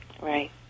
Right